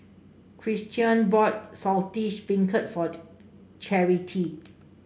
Christion bought Saltish Beancurd for Charity